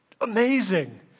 amazing